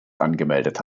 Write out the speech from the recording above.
angemeldet